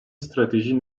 strateji